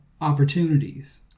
opportunities